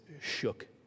shook